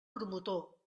promotor